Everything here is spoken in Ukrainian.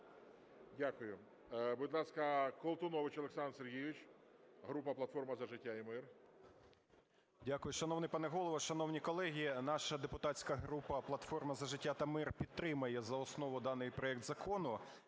Дякую. Будь ласка, Колтунович Олександр Сергійович, група "Платформа за життя і мир". 13:36:39 КОЛТУНОВИЧ О.С. Дякую. Шановний пане Голово, шановні колеги, наша депутатська група "Платформа за життя та мир" підтримує за основу даний проект закону.